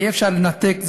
אי-אפשר לנתק,